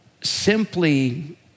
simply